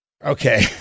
Okay